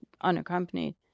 unaccompanied